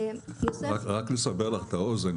רק לסבר לך את האוזן,